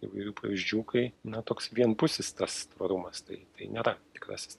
įvairių pavyzdžių kai na toks vienpusis tas tvarumas tai tai nėra tikrasis